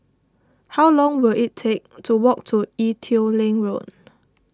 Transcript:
how long will it take to walk to Ee Teow Leng Road